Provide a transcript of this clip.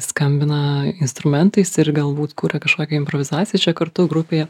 skambina instrumentais ir galbūt kuria kažkokią improvizaciją čia kartu grupėje